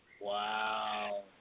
Wow